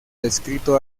descrito